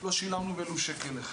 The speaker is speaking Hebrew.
לא שילמנו ולו שקל אחד,